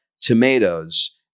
tomatoes